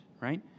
right